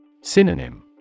Synonym